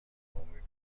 عمومی